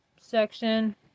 Section